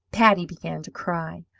patty began to cry.